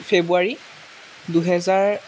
ফেব্ৰুৱাৰী দুহেজাৰ